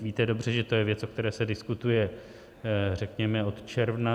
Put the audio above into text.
Víte dobře, že to je věc, o které se diskutuje, řekněme, od června.